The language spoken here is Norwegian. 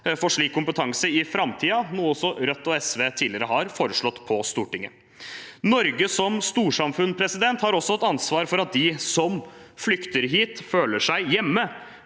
for slik kompetanse i framtiden, noe også Rødt og SV tidligere har foreslått på Stortinget. Norge som storsamfunn har også et ansvar for at de som flykter hit, føler seg hjemme,